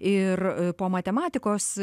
ir po matematikos